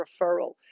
referral